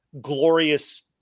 glorious